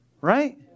Right